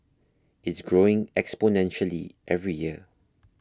it's growing exponentially every year